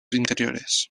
interiores